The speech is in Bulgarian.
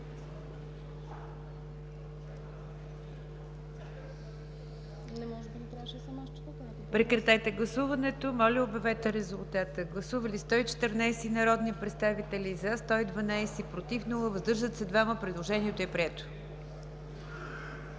Прекратете гласуването и обявете резултата. Гласували 212 народни представители: за 177, против 1, въздържали се 34. Предложението е прието.